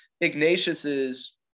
Ignatius's